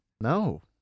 No